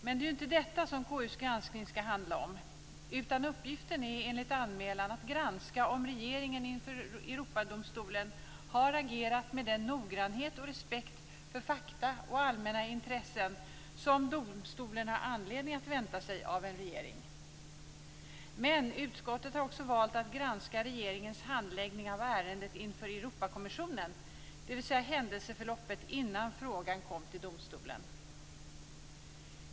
Men det är inte detta som KU:s granskning skulle handla om, utan uppgiften är enligt anmälan att granska om regeringen inför Europadomstolen har agerat med den noggrannhet och respekt för fakta och allmänna intressen som domstolen har anledning att vänta sig av en regering. Men utskottet har också valt att granska regeringens handläggning av ärendet inför Europakommissionen, dvs. händelseförloppet innan frågan kom till domstolen.